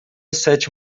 sete